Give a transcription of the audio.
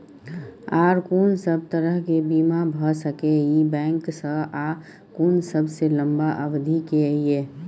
आर कोन सब तरह के बीमा भ सके इ बैंक स आ कोन सबसे लंबा अवधि के ये?